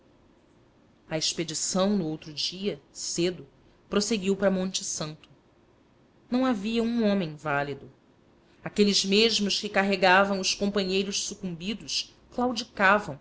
a expedição no outro dia cedo prosseguiu para monte santo não havia um homem válido aqueles mesmos que carregavam os companheiros sucumbidos claudicavam